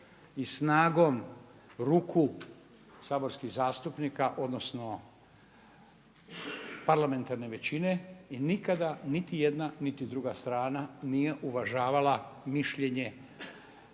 i snagom ruku saborskih zastupnika, odnosno parlamentarne većine i nikad niti jedna niti druga strana nije uvažavala mišljenje